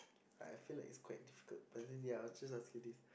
I feel like it's quite difficult but then ya I'll just ask you this